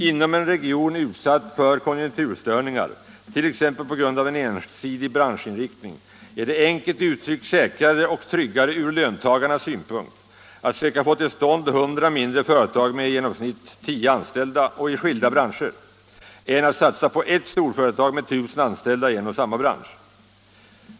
Inom en region utsatt för konjunkturstörningar, t.ex. på grund av ensidig branschinriktning, är det enkelt uttryckt säkrare och tryggare ur löntagarnas synpunkt att söka få till stånd 100 mindre företag med i genomsnitt 10 anställda och i skilda branscher än att satsa på ett storföretag med 1000 anställda i en och samma bransch.